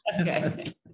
Okay